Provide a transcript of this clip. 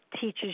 teaches